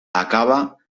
acaba